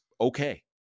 okay